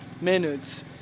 minutes